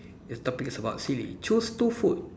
the topic is about silly choose two food